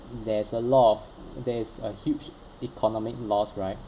there's a lot there's a huge economic loss right